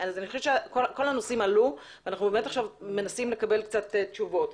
אני חושבת שכל הנושאים עלו ואנחנו באמת עכשיו מנסים לקבל קצת תשובות.